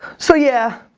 so, yeah,